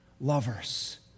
lovers